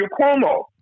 Cuomo